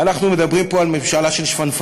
אנחנו מדברים פה על ממשלה של שפנפנים,